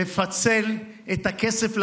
ולפצל את הכסף,